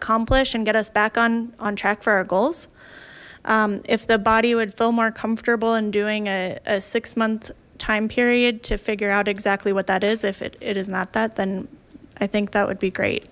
accomplish and get us back on on track for our goals if the body would feel more comfortable in doing a six month time period to figure out exactly what that is if it is not that then i think that would be great